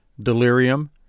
delirium